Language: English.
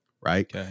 Right